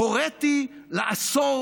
הוריתי לאסור